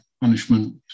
punishment